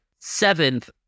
seventh